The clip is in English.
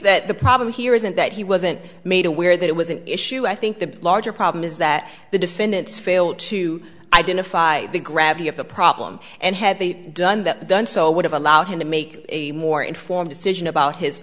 that the problem here isn't that he wasn't made aware that it was an issue i think the larger problem is that the defendants failed to identify the gravity of the problem and had they done that done so would have allowed him to make a more informed decision about his